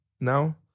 now